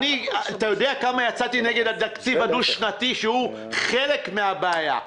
אתה יודע כמה יצאתי נגד התקציב הדו-שנתי שהוא חלק מהבעיה?